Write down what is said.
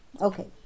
Okay